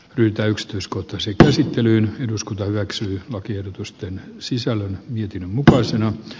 yhtä yksityiskohtaisia käsittelyyn eduskunta hyväksyy lakiehdotusten sisällön mietinnön mukaisena